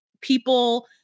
people